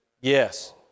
yes